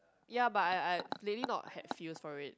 ya but I I lately not had feels for it